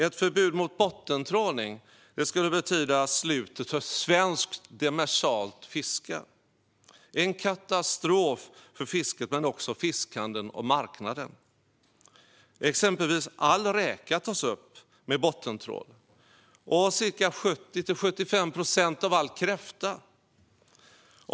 Ett förbud mot bottentrålning skulle betyda slutet för svenskt demersalt fiske. Det skulle vara en katastrof för fisket men också för fiskhandeln och marknaden. Exempelvis tas all räka och 70-75 procent av all kräfta upp med bottentrål.